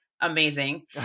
amazing